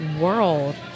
world